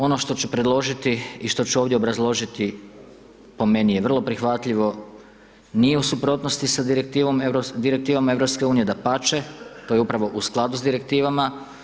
Ono što ću predložiti i što ću ovdje obrazložiti, po meni je vrlo prihvatljivo, nije u suprotnosti sa Direktivom EU, dapače, to je upravo u skladu sa Direktivama.